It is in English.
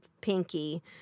pinky